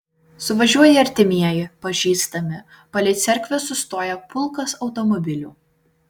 suvažiuoja artimieji pažįstami palei cerkvę sustoja pulkas automobilių